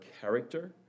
character